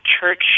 church